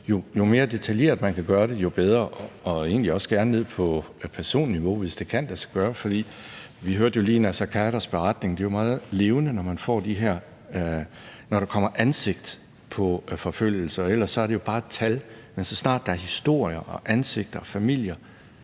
jo mere detaljeret man kan gøre det, jo bedre – og egentlig også gerne ned på personniveau, hvis det kan lade sig gøre. For vi hørte jo lige Naser Khaders beretning, og det er meget levende, når der kommer ansigter på forfølgelser; ellers er det jo bare tal. Men så snart der er historier, ansigter og familier,